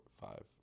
five